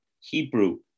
Hebrew